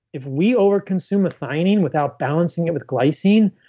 if we over consume methionine without balancing it with glycine,